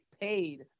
paid